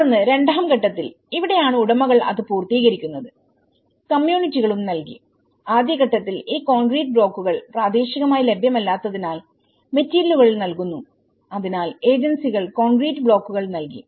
തുടർന്ന് രണ്ടാം ഘട്ടത്തിൽ ഇവിടെയാണ് ഉടമകൾ അത് പൂർത്തീകരിക്കുന്നത് കമ്മ്യൂണിറ്റികളും നൽകി ആദ്യ ഘട്ടത്തിൽ ഈ കോൺക്രീറ്റ് ബ്ലോക്കുകൾ പ്രാദേശികമായി ലഭ്യമല്ലാത്തതിനാൽ മെറ്റീരിയലുകൾ നൽകിയിരുന്നു അതിനാൽ ഏജൻസികൾ കോൺക്രീറ്റ് ബ്ലോക്കുകൾ നൽകി